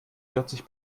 vierzig